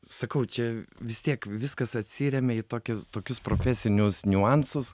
sakau čia vis tiek viskas atsiremia į toki tokius profesinius niuansus